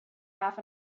half